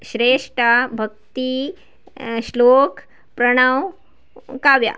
ಶ್ರೇಷ್ಠ ಭಕ್ತಿ ಶ್ಲೋಕ್ ಪ್ರಣವ್ ಕಾವ್ಯ